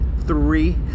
three